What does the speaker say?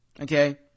okay